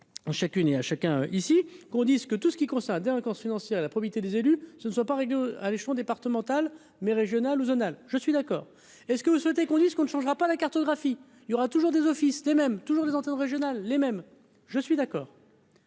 à chacune et à chacun, ici, qu'on dit ce que tout ce qui concerne la délinquance financière et la probité des élus, ce ne soit pas avec nous à l'échelon départemental mais régional ou zonal, je suis d'accord est-ce que vous souhaitez qu'on dise qu'on ne changera pas la cartographie, il y aura toujours des offices, les mêmes toujours des antennes régionales, les mêmes, je suis d'accord.